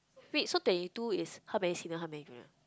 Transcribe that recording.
wait so twenty two is how many senior how many